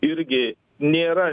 irgi nėra